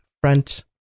front